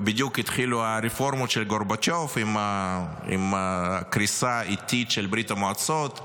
בדיוק התחילו הרפורמות של גורבצ'וב עם הקריסה האיטית של ברית המועצות,